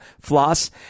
floss